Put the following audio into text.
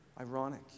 ironic